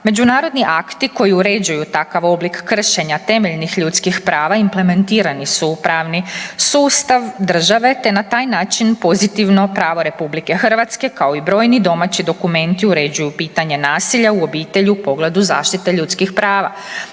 Međunarodni akti koji uređuju takav oblik kršenja temeljnih ljudskih prava implementirani su u pravni sustav države te na taj način pozitivno pravo RH, kao i brojni domaći dokumenti uređuju pitanje nasilja u obitelji u pogledu zaštite ljudskih prava.